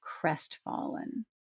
crestfallen